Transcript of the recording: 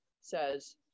says